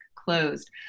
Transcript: closed